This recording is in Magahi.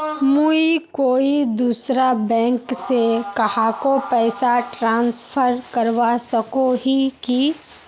मुई कोई दूसरा बैंक से कहाको पैसा ट्रांसफर करवा सको ही कि?